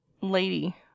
lady